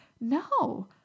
No